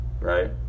right